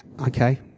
Okay